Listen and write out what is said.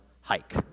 hike